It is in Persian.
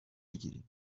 بگیریم